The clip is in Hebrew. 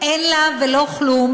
אז אנא תשומת לבכם,